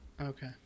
Okay